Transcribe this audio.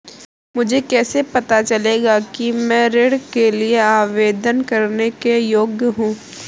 मुझे कैसे पता चलेगा कि मैं ऋण के लिए आवेदन करने के योग्य हूँ?